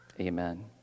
Amen